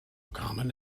common